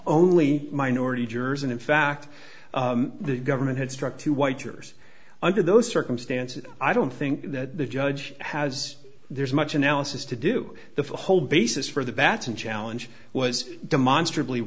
only minority jurors and in fact the government had struck two white years under those circumstances i don't think that the judge has there's much analysis to do the for the whole basis for the bats and challenge was demonstra